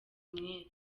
umwere